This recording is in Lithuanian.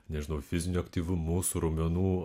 nežinau fiziniu aktyvumu mūsų raumenų